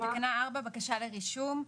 בקשה לרישום.